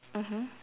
mmhmm